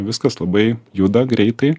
viskas labai juda greitai